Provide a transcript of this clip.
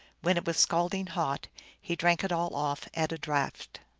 when it was scald ing hot he drank it all off at a draught.